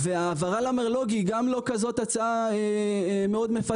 ההעברה למרלו"ג היא גם לא כזאת הצעה מפתה,